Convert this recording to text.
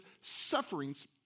sufferings